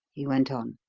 he went on.